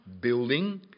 building